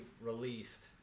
released